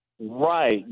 Right